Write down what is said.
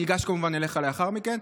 אני אגש כמובן אליך לאחר מכן.